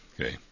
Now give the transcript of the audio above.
Okay